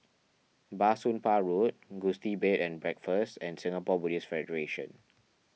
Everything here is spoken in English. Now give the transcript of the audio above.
Bah Soon Pah Road Gusti Bed and Breakfast and Singapore Buddhist Federation